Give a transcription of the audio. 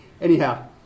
Anyhow